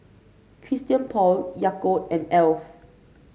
Christian Paul Yakult and Alf